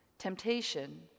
Temptation